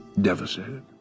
Devastated